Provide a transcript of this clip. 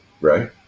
right